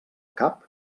cap